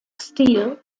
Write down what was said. steel